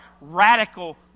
radical